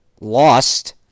Lost